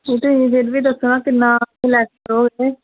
ਤੁਸੀਂ ਫਿਰ ਵੀ ਦੱਸੋ ਨਾ ਕਿੰਨਾ ਕੁ ਲੈੱਸ ਕਰੋੋਗੇ